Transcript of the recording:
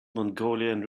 mongolian